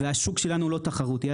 והשוק שלנו הוא לא תחרותי,